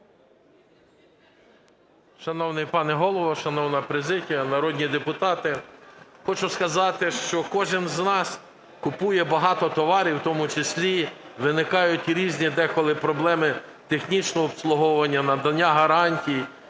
Шановний пане Голово, шановні президія, народні депутати! Хочу сказати, що кожен з нас купує багато товарів, у тому числі виникають різні деколи проблеми технічного обслуговування, надання гарантій,